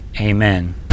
Amen